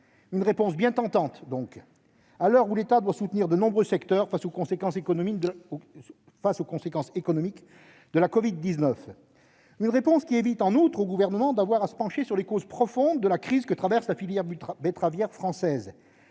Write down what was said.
d'une réponse bien tentante, à l'heure où l'État doit soutenir de nombreux secteurs face aux conséquences économiques de la covid-19. En outre, cette réponse évite au Gouvernement d'avoir à se pencher sur les causes profondes de la crise que traverse la filière betteravière française.